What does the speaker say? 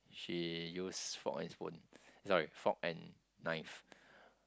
she use fork and spoon sorry fork and knife